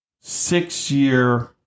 six-year